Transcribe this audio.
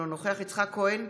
אינו נוכח יצחק כהן,